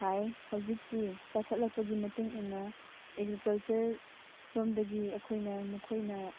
ꯊꯥꯏ ꯍꯧꯖꯤꯛꯇꯤ ꯆꯥꯎꯈꯠꯂꯛꯄꯒꯤ ꯃꯇꯨꯡ ꯏꯟꯅ ꯑꯦꯒ꯭ꯔꯤꯀꯜꯆꯔꯂꯣꯝꯗꯒꯤ ꯑꯩꯈꯣꯏꯅ ꯃꯈꯣꯏꯅ